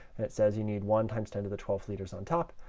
and it says you need one times ten to the twelve liters on top.